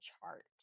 chart